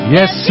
Yes